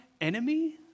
enemy